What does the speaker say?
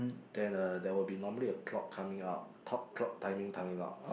then uh there will be normally a clock coming out a top clock timing coming out